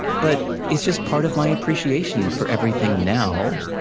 but, it's just part of my appreciation for everything now.